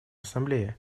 ассамблее